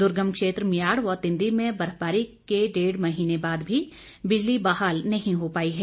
दुर्गम क्षेत्र मियाढ़ व तिंदी में बर्फबारी के डेढ़ महीने बाद भी बिजली बहाल नहीं हो पाई है